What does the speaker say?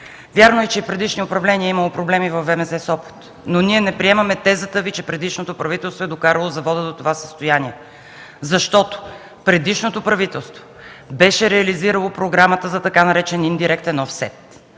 Вярно е, че и при предишни управления е имало проблеми във ВМЗ – Сопот, но ние не приемаме тезата Ви, че предишното правителство е докарало завода до това състояние, защото предишното правителство беше реализирало програмата за така наречения „индиректен офсет”,